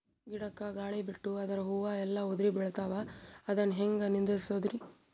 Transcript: ಗಿಡಕ, ಗಾಳಿ ಬಿಟ್ಟು ಅದರ ಹೂವ ಎಲ್ಲಾ ಉದುರಿಬೀಳತಾವ, ಅದನ್ ಹೆಂಗ ನಿಂದರಸದು?